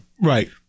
Right